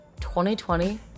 2020